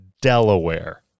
Delaware